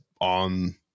on